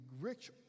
rich